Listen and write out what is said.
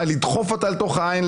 לדחוף אותה לעין,